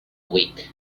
week